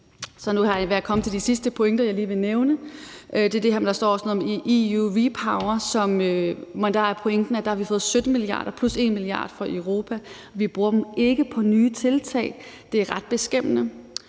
Nu er jeg kommet til de sidste pointer, jeg lige vil nævne, og det er det her med, at der også står noget om REPowerEU. Der er pointen, at vi har fået 17 mia. kr. plus 1 mia. kr. fra Europa, men vi bruger dem ikke på nye tiltag. Det er ret beskæmmende.